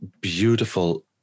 beautiful